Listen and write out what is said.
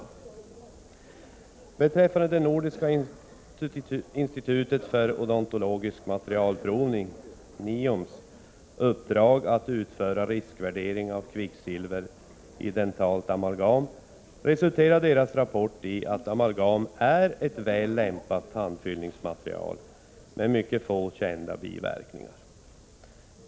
Vad beträffar Nordiska institutets för odontologisk materialprovning, NIOM:s, uppdrag att utföra riskvärderingar av kvicksilver i dentalt amalgam resulterade deras rapport i att dentalt amalgam är ett väl lämpat tandfyllningsmaterial med mycket få kända biverkningar.